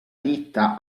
ditta